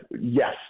yes